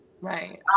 Right